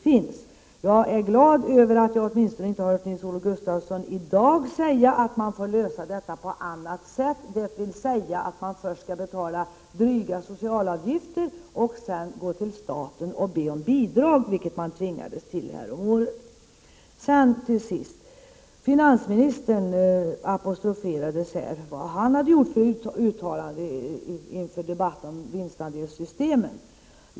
Jag är åtmistone glad över att jag inte hört Nils-Olof Gustafsson i dag säga att detta får lösas på annat sätt — dvs. att man först skall betala dryga sociala avgifter och att man sedan skall gå till staten och be om bidrag, vilket man tvingades till häromåret. Till sist! Finansministern apostroferades här. Det gällde uttalanden som han gjorde inför debatten om vinstandelssystemen.